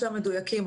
מעניין.